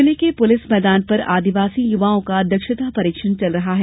जिले के पुलिस मैदान पर आदिवासी युवाओं का दक्षता परीक्षण चल रहा है